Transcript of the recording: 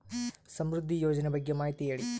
ಸಮೃದ್ಧಿ ಯೋಜನೆ ಬಗ್ಗೆ ಮಾಹಿತಿ ಹೇಳಿ?